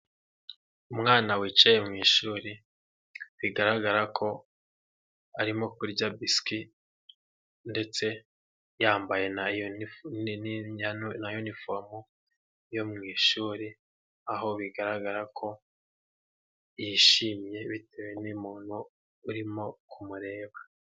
Umwana wicaye mu ishuri bigaragara ko arimo kurya biswi ndetse yambaye na unifomu yo mu ishuri aho bigaragara ko yishimye bitewe n'umuntu urimo kumureba.